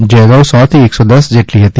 જે અગાઉ સો થી એકસો દશ જેટલી હતી